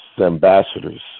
ambassadors